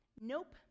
Nope